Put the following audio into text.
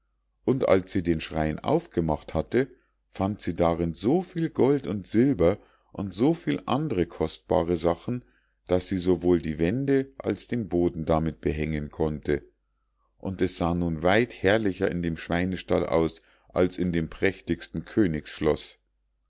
und als sie den schrein aufgemacht hatte fand sie darin so viel gold und silber und so viel andre kostbare sachen daß sie sowohl die wände als den boden damit behängen konnte und es sah nun weit herrlicher in dem schweinstall aus als in dem prächtigsten